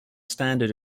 standard